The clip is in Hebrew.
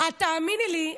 תאמיני לי,